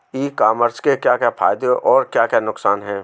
ई commerce के क्या क्या फायदे और क्या क्या नुकसान है?